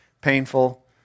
painful